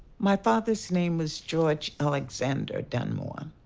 my father's name was george alexander dunmore.